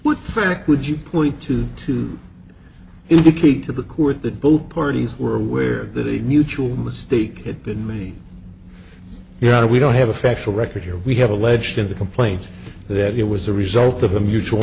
think would you point to to indicate to the court that both parties were aware that a mutual mistake had been made yeah we don't have a factual record here we have alleged in the complaint that it was the result of a mutual